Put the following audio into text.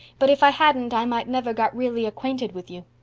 but if i hadn't i might never got really acquainted with you.